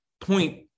point